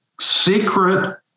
secret